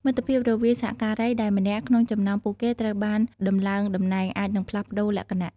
មិត្តភាពរវាងសហការីដែលម្នាក់ក្នុងចំណោមពួកគេត្រូវបានដំឡើងតំណែងអាចនឹងផ្លាស់ប្តូរលក្ខណៈ។